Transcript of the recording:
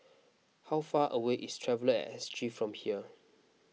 how far away is Traveller and S G from here